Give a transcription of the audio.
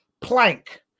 plank